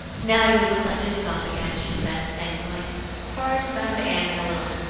now you look like yourself again, she said, thankfully horace found annie alone,